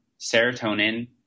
serotonin